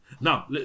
now